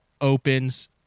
Opens